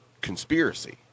conspiracy